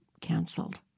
canceled